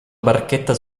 barchetta